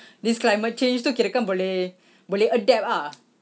this climate change tu kira kan boleh boleh adapt ah